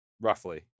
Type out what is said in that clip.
roughly